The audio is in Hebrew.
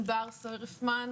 ענבל סויירפמן,